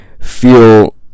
feel